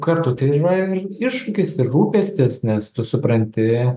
kartu tai yra ir iššūkis ir rūpestis nes tu supranti